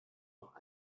auch